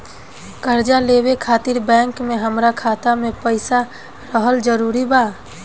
कर्जा लेवे खातिर बैंक मे हमरा खाता मे पईसा रहल जरूरी बा?